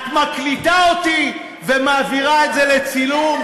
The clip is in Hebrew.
את מקליטה אותי ומעבירה את זה לצילום?